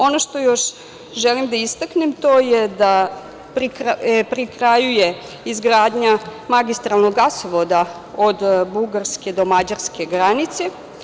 Ono što još želim da istaknem, to da je pri kraju izgradnja magistralnog gasovoda od bugarske do mađarske granice.